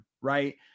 right